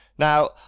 Now